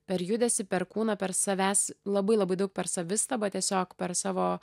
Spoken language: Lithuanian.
per judesį per kūną per savęs labai labai daug per savistabą tiesiog per savo